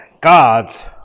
God's